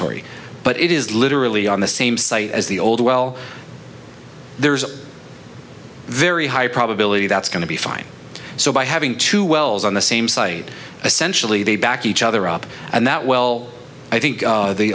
tory but it is literally on the same site as the old well there's very high probability that's going to be fine so by having two wells on the same site essentially they back each other up and that well i think